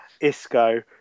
Isco